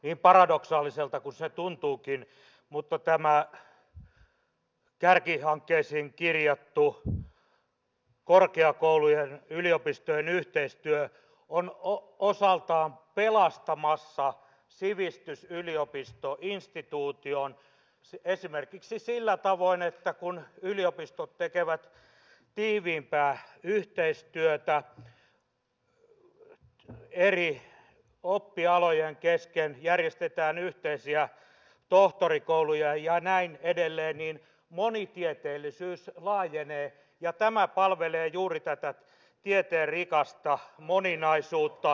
niin paradoksaaliselta kuin se tuntuukin tämä kärkihankkeisiin kirjattu korkeakoulujen yliopistojen yhteistyö on osaltaan pelastamassa sivistysyliopistoinstituution esimerkiksi sillä tavoin että kun yliopistot tekevät tiiviimpää yhteistyötä eri oppialojen kesken järjestetään yhteisiä tohtorikouluja ja näin edelleen niin monitieteellisyys laajenee ja tämä palvelee juuri tätä tieteen rikasta moninaisuutta sivistysyliopistoihannetta